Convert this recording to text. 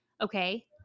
okay